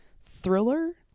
thriller